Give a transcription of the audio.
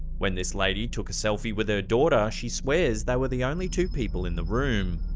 when this lady took a selfie with her daughter, she swears they were the only two people in the room.